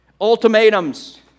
Ultimatums